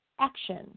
action